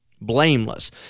blameless